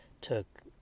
took